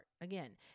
Again